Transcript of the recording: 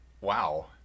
Wow